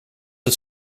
het